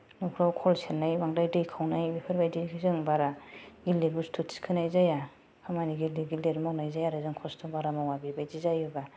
न'खराव खल सेरनाय बांद्राय दै खावनाय बेफोरबायदि जों बारा गिलिर बुस्थु थिखोनाय जाया खामानि गिलिर गिलिर मावनाय जाया आरो जों खस्थ' बारा मावा बेबायदि जायोब्ला